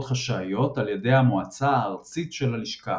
חשאיות על ידי המועצה הארצית של הלשכה.